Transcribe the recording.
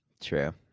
True